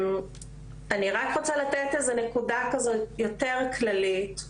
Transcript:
אני רק רוצה לתת איזה נקודה כזאת יותר כללית,